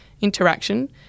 interaction